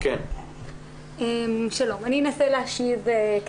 אני אנסה להשיב.